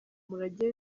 umurage